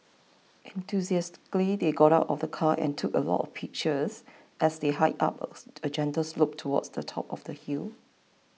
enthusiastically they got out of the car and took a lot of pictures as they hiked up a gentle slope towards the top of the hill